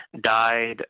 died